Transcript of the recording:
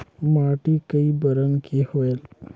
माटी कई बरन के होयल?